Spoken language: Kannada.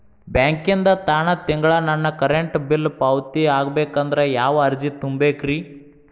ಬ್ಯಾಂಕಿಂದ ತಾನ ತಿಂಗಳಾ ನನ್ನ ಕರೆಂಟ್ ಬಿಲ್ ಪಾವತಿ ಆಗ್ಬೇಕಂದ್ರ ಯಾವ ಅರ್ಜಿ ತುಂಬೇಕ್ರಿ?